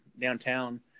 downtown